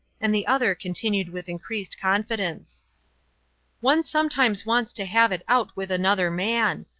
and the other continued with increased confidence one sometimes wants to have it out with another man.